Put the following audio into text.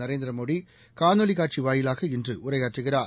நரேந்திரமோடிகாணொலிக் காட்சிவாயிலாக இன்றஉரையாற்றுகிறார்